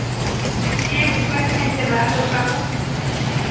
ᱦᱮᱸ ᱜᱟᱯᱟ ᱜᱮᱸᱦᱟᱸᱜ ᱤᱧ ᱪᱟᱞᱟᱜᱼᱟ ᱥᱚᱠᱟᱞᱚ